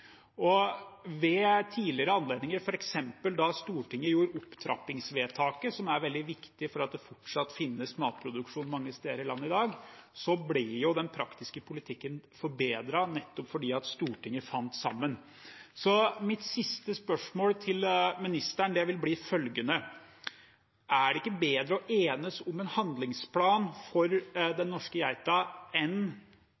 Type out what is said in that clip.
Ved tidligere anledninger, f.eks. da Stortinget gjorde opptrappingsvedtaket, som er veldig viktig for at det fortsatt finnes matproduksjon mange steder i landet i dag, har den praktiske politikken blitt forbedret, nettopp fordi Stortinget fant sammen. Mitt siste spørsmål til ministeren er følgende: Er det ikke bedre å enes om en handlingsplan for